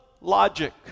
logic